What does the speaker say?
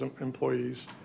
employees